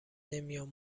نمیام